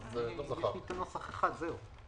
יש לי נוסח אחד, זהו.